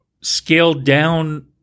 scaled-down